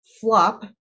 flop